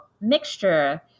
mixture